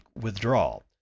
withdrawal